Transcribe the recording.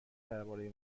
درباره